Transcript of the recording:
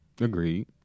Agreed